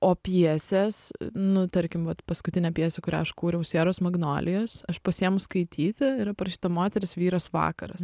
o pjesės nu tarkim vat paskutinė pjesė kurią aš kūriau sieros magnolijos aš pasiėmu skaityti yra parašyta moteris vyras vakaras